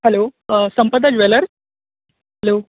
hello Sampada jeweller hello